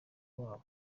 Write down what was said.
wabo